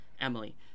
Emily